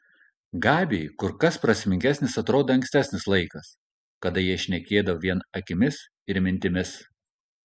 gabiui kur kas prasmingesnis atrodė ankstesnis laikas kada jie šnekėdavo vien akimis ir mintimis